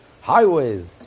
highways